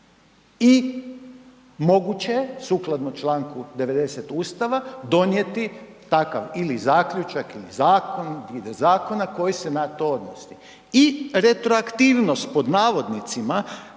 i moguće je sukladno čl. 90. Ustava donijeti takav ili zaključak ili zakon …/Govornik se ne razumije/…zakona koji se na to odnosi i retroaktivnost pod navodnicima